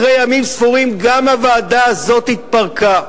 אחרי ימים ספורים גם הוועדה הזאת התפרקה.